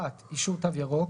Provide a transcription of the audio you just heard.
אישור "תו ירוק",